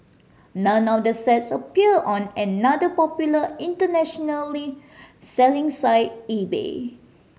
none of the sets appeared on another popular international selling site eBay